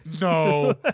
no